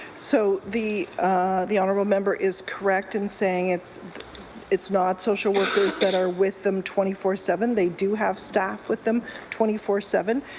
so the the honourable member is correct in saying it's it's not social workers that are with them twenty four seven. they have do have staff with them twenty four seven.